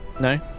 No